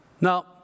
Now